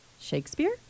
Shakespeare